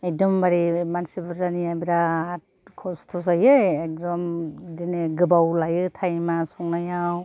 एकदमबारे मानसि बुरजानिया बिराथ खस्थ' जायो एकदम बिदिनो गोबाव लायो थाइमआ संनायाव